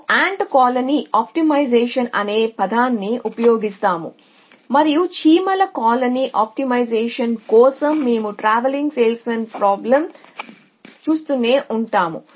మేము 'ant colony of optimization' అనే పదాన్ని ఉపయోగిస్తాము మరియు చీమల కాలనీ ఆప్టిమైజేషన్ కోసం మేము TSP ప్రో బ్లేమ్ను చూస్తూనే ఉంటాము